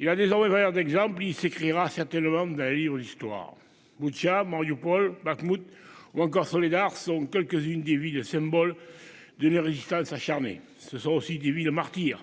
Il a désormais valeur d'exemple. Il s'écrira certainement ou l'histoire Boutcha, Marioupol Bakhmout ou encore Solidar sont quelques-unes des vies de symboles d'une résistance acharnée. Ce sont aussi des villes martyres.